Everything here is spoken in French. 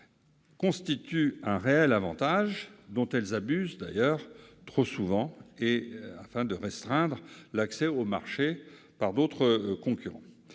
constitue un réel avantage, dont celles-ci abusent d'ailleurs trop souvent afin de restreindre l'accès au marché d'autres concurrents.